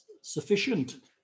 Sufficient